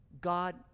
God